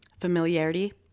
familiarity